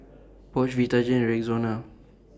Bosch Vitagen and Rexona